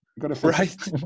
right